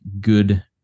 good